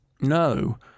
no